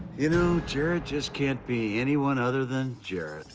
you know, jarrett just can't be anyone other than jarrett.